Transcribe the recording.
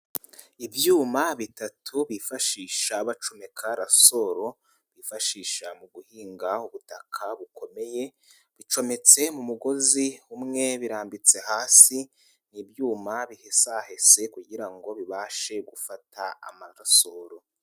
Ibyuma bitatu bifashisha bacomeka rasoro, bifashisha mu guhinga ubutaka bukomeye, bicometse mu mugozi umwe birambitse hasi, ni ibyuma bihese kugira ngo bibashe gufata amarasoro.